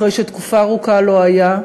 אחרי שתקופה ארוכה לא היה,